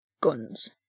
guns